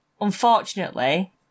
unfortunately